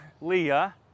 Leah